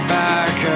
back